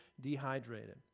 dehydrated